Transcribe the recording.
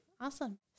awesome